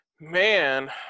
Man